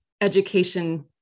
education